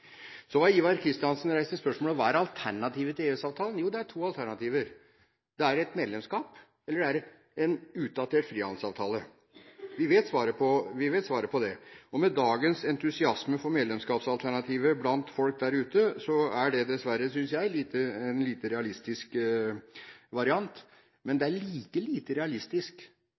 Så reiste Ivar Kristiansen spørsmålet: Hva er alternativet til EØS-avtalen? Jo, det er to alternativer. Det er et medlemskap, eller det er en utdatert frihandelsavtale. Vi vet svaret på det. Med dagens entusiasme for medlemskapsalternativet blant folk der ute er det – dessverre, synes jeg – en lite realistisk variant, men det er akkurat like lite realistisk